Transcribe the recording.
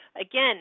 Again